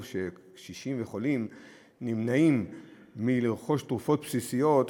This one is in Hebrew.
"קשישים וחולים נמנעים מלרכוש תרופות בסיסיות",